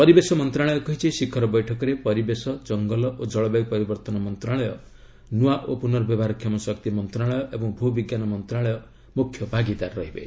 ପରିବେଶ ମନ୍ତ୍ରଣାଳୟ କହିଛି ଶିଖର ବୈଠକରେ ପରିବେଶ ଜଙ୍ଗଲ ଓ ଜଳବାୟୁ ପରିବର୍ତ୍ତନ ମନ୍ତ୍ରଣାଳୟ ନୂଆ ଓ ପୁନର୍ବ୍ୟବହାରକ୍ଷମ ଶକ୍ତି ମନ୍ତ୍ରଣାଳୟ ଏବଂ ଭୂବିଜ୍ଞାନ ମନ୍ତ୍ରଣାଳୟ ମୁଖ୍ୟଭାଗିଦାର ରହିବେ